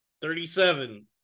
Thirty-seven